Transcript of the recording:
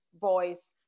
voice